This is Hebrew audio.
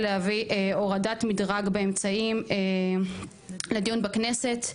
להביא הורדת מדרג באמצעים לדיון בכנסת.